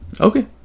Okay